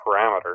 parameter